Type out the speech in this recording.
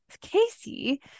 Casey